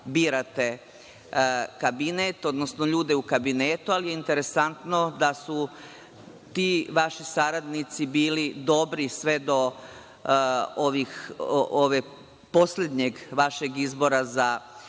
birate kabinet, odnosno ljude u kabinetu, ali interesantno je da su ti vaši saradnici bili dobri sve do ovog poslednjeg vašeg izbora za